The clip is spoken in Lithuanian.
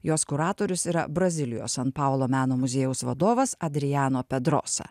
jos kuratorius yra brazilijos san paulo meno muziejaus vadovas adriano pedrosa